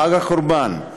חג הקורבן,